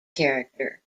character